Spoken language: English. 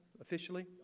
officially